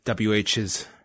wh's